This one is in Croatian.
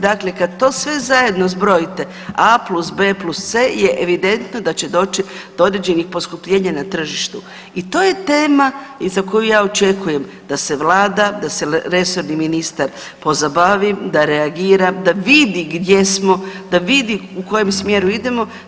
Dakle, kad to sve zbrojite A+B+C je evidentno da će doći do određenih poskupljenja na tržištu i to je tema i za koju ja očekujem da se Vlada, da se resorni ministar pozabavi, da reagira, da vidi gdje smo, da vidi u kojem smjeru idemo.